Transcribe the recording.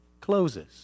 closes